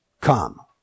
come